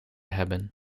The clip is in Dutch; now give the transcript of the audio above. hebben